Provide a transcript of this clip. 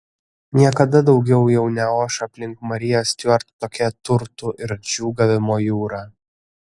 niekada daugiau jau neoš aplink mariją stiuart tokia turtų ir džiūgavimo jūra